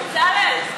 בצלאל,